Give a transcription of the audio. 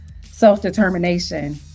self-determination